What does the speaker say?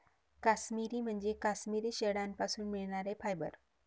काश्मिरी म्हणजे काश्मिरी शेळ्यांपासून मिळणारे फायबर